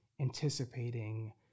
anticipating